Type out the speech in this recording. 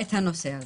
את הנושא.